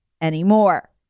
anymore